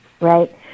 Right